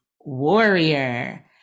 warrior